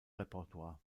repertoire